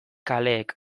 kaleek